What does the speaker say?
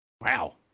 Wow